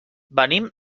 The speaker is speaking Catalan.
venim